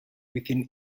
within